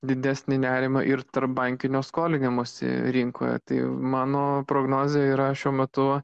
didesnį nerimą ir tarpbankinio skolinimosi rinkoje tai mano prognozė yra šiuo metu